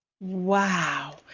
Wow